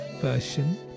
version